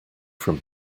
from